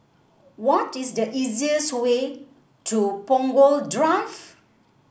what is the easiest way to Punggol Drive